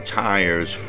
tires